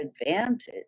advantage